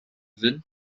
wind